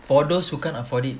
for those who can't afford it